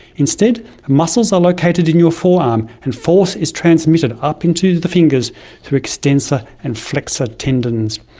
instead, the muscles are located in your forearm, and force is transmitted up into the fingers through extensor and flexor tendons.